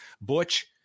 Butch